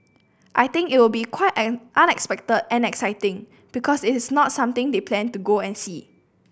I think it will be quite unexpected and exciting because it's not something they plan to go and see